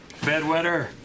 Bedwetter